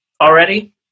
already